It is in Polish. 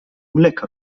mleka